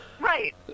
right